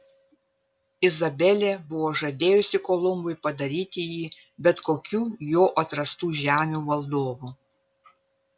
izabelė buvo žadėjusi kolumbui padaryti jį bet kokių jo atrastų žemių valdovu